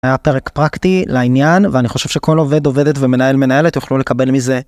היה פרק פרקטי, לעניין, ואני חושב שכל עובד עובדת ומנהל מנהלת יוכלו לקבל מזה